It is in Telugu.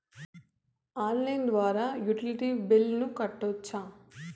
ఆన్లైన్ ద్వారా యుటిలిటీ బిల్లులను కట్టొచ్చా?